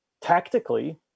Tactically